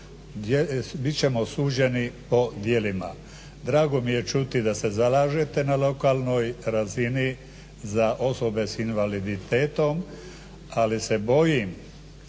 Bit ćemo suđeni o djelima. Drago mi je čuti da se zalažete na lokalnoj razini za osobe s invaliditetom ali se bojim